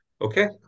Okay